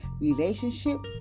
relationship